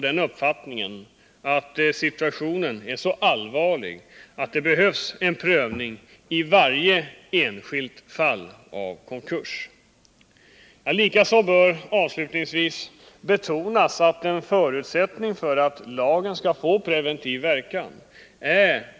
Den som bryter mot ett meddelat näringsförbud skall enligt förslaget kunna dömas till fängelse i högst två är.